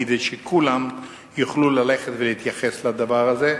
כדי שכולם יוכלו ללכת ולהתייחס לדבר הזה.